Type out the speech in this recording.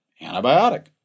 Antibiotic